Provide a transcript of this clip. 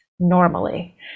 normally